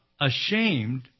ashamed